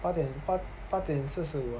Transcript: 八点八点四十五 lah